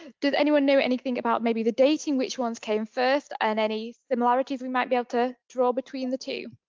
does anyone know anything about maybe the dating, which ones came first and any similarities we might be able to draw between the two?